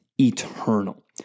eternal